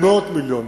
במאות מיליונים.